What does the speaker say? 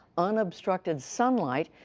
unobstructed sunlight,